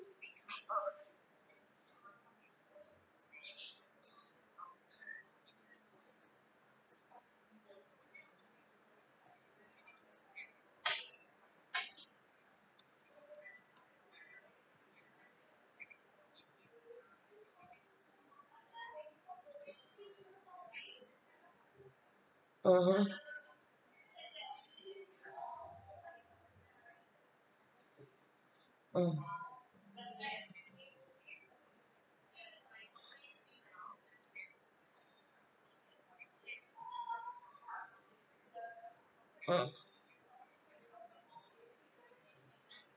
mmhmm mm mm